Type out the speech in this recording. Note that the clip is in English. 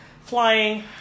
flying